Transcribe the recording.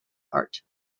art